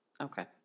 Okay